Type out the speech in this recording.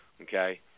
okay